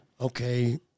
okay